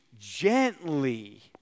gently